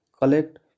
collect